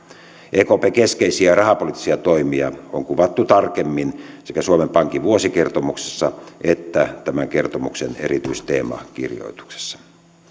ekpn keskeisiä rahapoliittisia toimia on kuvattu tarkemmin sekä suomen pankin vuosikertomuksessa että tämän kertomuksen erityisteemakirjoituksessa